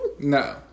No